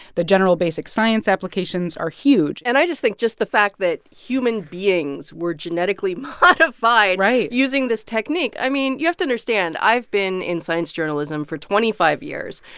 the general basic science applications are huge and i just think just the fact that human beings were genetically modified using this technique i mean, you have to understand, i've been in science journalism for twenty five years,